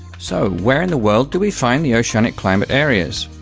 so, where in the world do we find the oceanic climate areas?